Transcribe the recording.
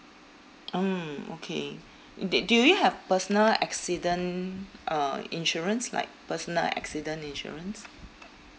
mm okay d~ do you have personal accident uh insurance like personal accident insurance